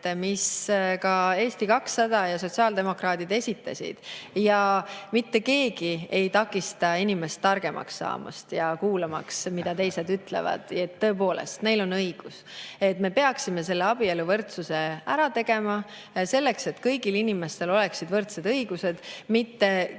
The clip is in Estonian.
mis ka Eesti 200 ja sotsiaaldemokraadid esitasid. Mitte keegi ei takista inimest targemaks saamast ja kuulamast, mida teised ütlevad. Tõepoolest, neil on õigus. Me peaksime selle abieluvõrdsuse ära tegema, et kõigil inimestel oleksid võrdsed õigused. Mitte keegi